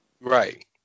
Right